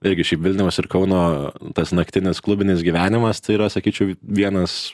irgi šiaip vilniaus ir kauno tas naktinis klubinis gyvenimas tai yra sakyčiau vienas